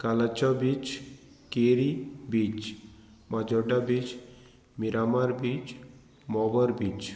कालाचो beach Keri beach Majorda beach Miramar beach Mobor beach